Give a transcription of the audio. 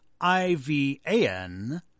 I-V-A-N